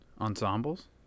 ensembles